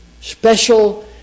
special